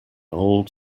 old